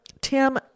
Tim